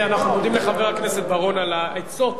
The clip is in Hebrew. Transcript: אנחנו מודים לחבר הכנסת בר-און על העצות